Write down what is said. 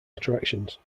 attractions